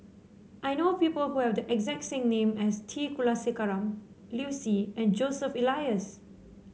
I know people who have the exact same name as T Kulasekaram Liu Si and Joseph Elias